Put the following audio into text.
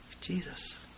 Jesus